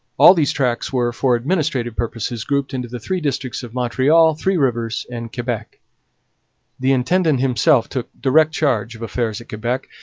all these tracts were, for administrative purposes, grouped into the three districts of montreal, three rivers, and quebec the intendant himself took direct charge of affairs at quebec,